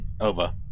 Over